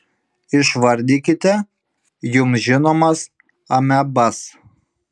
išvardykite jums žinomas amebas